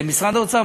במשרד האוצר.